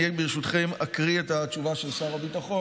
אני, ברשותכם, אקריא את התשובה של שר הביטחון.